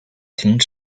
停止